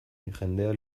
jendea